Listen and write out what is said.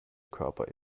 körper